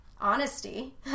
honesty